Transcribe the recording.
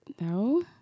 No